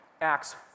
Acts